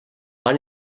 van